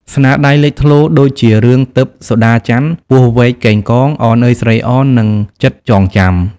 ស្នាដៃលេចធ្លោដូចជារឿង ទិព្វសូដាចន្ទ ពស់វែកកេងកង អនអើយស្រីអន និងចិត្តចងចាំ។